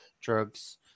drugs